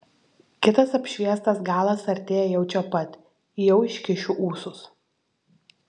kitas apšviestas galas artėja jau čia pat jau iškišiu ūsus